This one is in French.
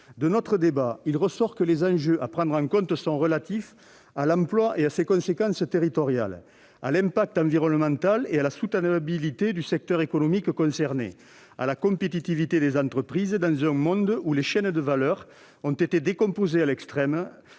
De notre débat, il ressort que les enjeux à prendre en compte ont trait à l'emploi et à ses conséquences territoriales, à l'impact environnemental et à la soutenabilité du secteur économique concerné, à la compétitivité des entreprises dans un monde où les chaînes de valeur ont été décomposées à l'extrême,